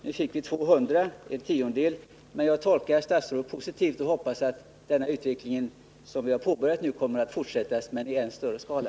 Nu fick vi 200 — bara en tiondel — men jag tolkar ändå statsrådets svar positivt och hoppas att den utveckling som nu har påbörjats kommer att fortsätta, men i än större skala.